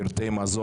תגידי.